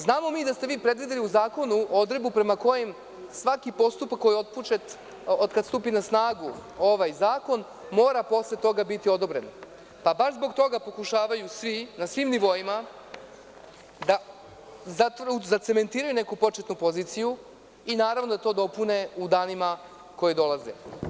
Znamo mi da ste vi predvideli u zakonu odredbu prema kojoj svaki postupak koji je otpočet od kad stupi na snagu ovaj zakon, mora posle toga biti odobren, pa baš zbog toga pokušavaju svi, na svim nivoima, da zacementiraju neku početnu poziciju i, naravno, da to dopune u danima koji dolaze.